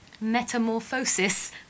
metamorphosis